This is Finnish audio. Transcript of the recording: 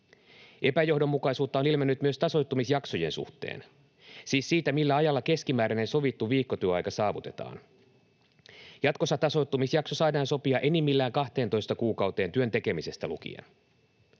Epäjohdonmukaisuutta on ilmennyt myös tasoittumisjaksojen suhteen — siis siinä, millä ajalla keskimääräinen sovittu viikkotyöaika saavutetaan. Jatkossa tasoittumisjakso saadaan sopia enimmillään 12 kuukauteen työn tekemisestä lukien.